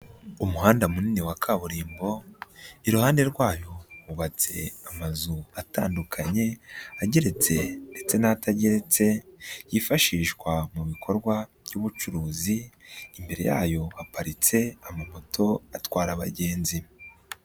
Umuhanda munini wa kaburimbo, iruhande rwawo hubatse amazu atandukanye ageretse ndetse n'atageretse yifashishwa mu bikorwa by'ubucuruzi, imbere yayo haparitse amamoto atwara abagenzi.